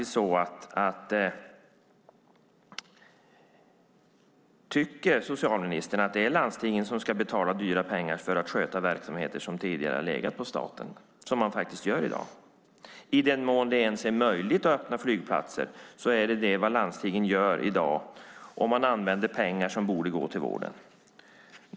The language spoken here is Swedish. Tycker socialministern att det är landstingen som ska betala dyra pengar för att sköta verksamheter som tidigare har legat på staten, som de faktiskt gör i dag? I den mån det ens är möjligt att öppna flygplatser är det vad landstingen gör i dag. De använder pengar som borde gå till vården.